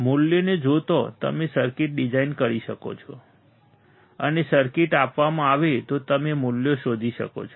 મૂલ્યોને જોતાં તમે સર્કિટ ડિઝાઇન કરી શકો છો અને સર્કિટ આપવામાં આવે તો તમે મૂલ્યો શોધી શકો છો